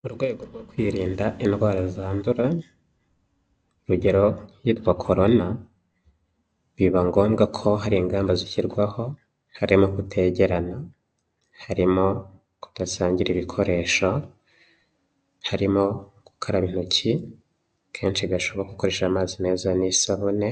Mu rwego rwo kwirinda indwara zandura, urugero iyitwa korona, biba ngombwa ko hari ingamba zishyirwaho harimo kutegerana, harimo kudasangira ibikoresho, harimo gukaraba intoki kenshi gashoboka ukoresheje amazi meza n'isabune